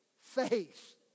faith